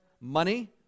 money